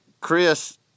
Chris